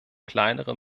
kleinere